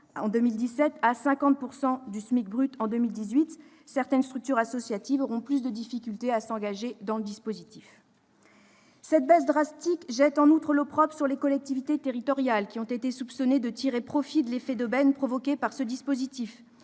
de 72,1 % à 50 % du SMIC brut entre 2017 et 2018, certaines structures associatives auront plus de difficultés à s'engager dans le dispositif des contrats aidés. De plus, cette baisse drastique jette l'opprobre sur les collectivités territoriales, qui ont été soupçonnées de tirer profit de l'effet d'aubaine provoqué par ce dispositif